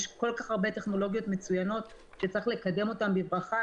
יש כל כך הרבה טכנולוגיות מצוינות שצריך לקדם אותן בברכה,